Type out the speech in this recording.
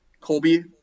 Colby